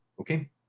Okay